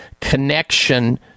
connection